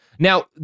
Now